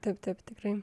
taip taip tikrai